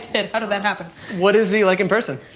did, how did that happen? what is he like in person?